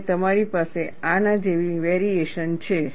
અને તમારી પાસે આના જેવી વેરીએશન છે